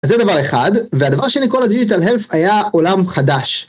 זה דבר אחד, והדבר שני כל הדיגיטל הלף היה עולם חדש.